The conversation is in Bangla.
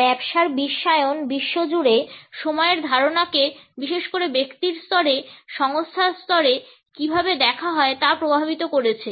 ব্যবসার বিশ্বায়ন বিশ্বজুড়ে সময়ের ধারণাকে বিশেষ করে ব্যক্তির স্তরে সংস্থার স্তরে কীভাবে দেখা হয় তা প্রভাবিত করছে